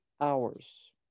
hours